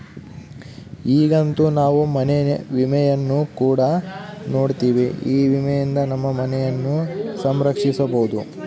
ಈಗಂತೂ ನಾವು ಮನೆ ವಿಮೆಯನ್ನು ಕೂಡ ನೋಡ್ತಿವಿ, ಈ ವಿಮೆಯಿಂದ ನಮ್ಮ ಮನೆಯನ್ನ ಸಂರಕ್ಷಿಸಬೊದು